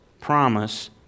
promise